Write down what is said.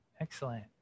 Excellent